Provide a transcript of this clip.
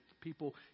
people